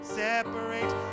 separate